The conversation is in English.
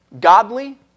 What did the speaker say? Godly